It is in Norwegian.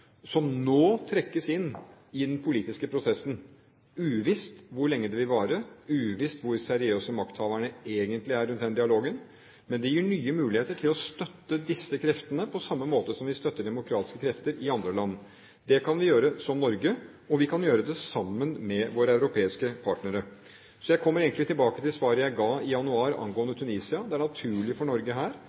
som nå trekkes inn i den politiske prosessen, uvisst hvor lenge det vil vare, uvisst hvor seriøse makthaverne egentlig er rundt den dialogen. Men det gir nye muligheter til å støtte disse kreftene, på samme måte som vi støtter demokratiske krefter i andre land. Det kan vi gjøre, som Norge, og vi kan gjøre det sammen med våre europeiske partnere. Så jeg kommer egentlig tilbake til svaret jeg ga i januar angående Tunisia: Det er naturlig for Norge her